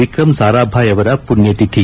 ವಿಕ್ರಮ್ ಸಾರಾಭಾಯ್ ಅವರ ಪುಣ್ಯತಿಥಿ